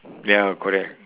ya correct